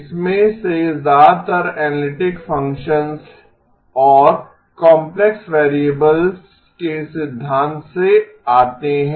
इसमें से ज्यादातर एनालिटिक फ़ंक्शंस और काम्प्लेक्स वेरिएबल्स के सिद्धांत से आते हैं